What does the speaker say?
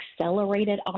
accelerated